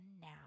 now